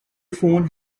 phone